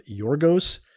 Yorgos